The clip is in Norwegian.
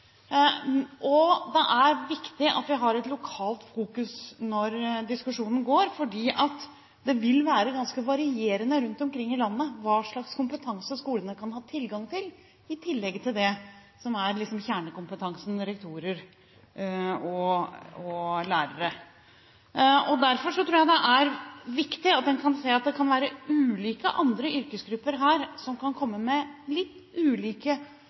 viktig at vi fokuserer på det lokale når diskusjonen går, fordi det vil være ganske varierende rundt omkring i landet hva slags kompetanse skolene kan ha tilgang til i tillegg til det som er kjernekompetansen, rektorer og lærere. Derfor tror jeg det er viktig at en kan se at det kan være ulike andre yrkesgrupper her som kan komme med litt ulike